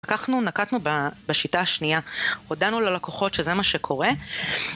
לקחנו, נקטנו בשיטה השנייה, הודענו ללקוחות שזה מה שקורה